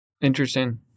Interesting